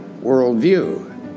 worldview